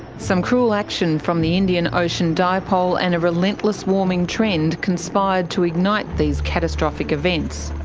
some cruel action from the indian ocean dipole and a relentless warming trend conspired to ignite these catastrophic events.